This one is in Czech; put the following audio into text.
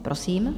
Prosím.